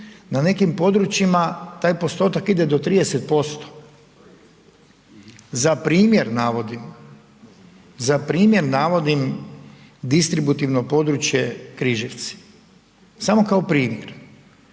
na nekim područjima taj postotak ide do 30%. Za primjer navodim, za primjer navodim distributorno područje Križevci, samo kao primjer,